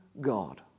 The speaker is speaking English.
God